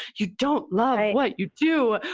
you don't love what you do.